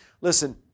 Listen